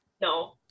No